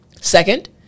Second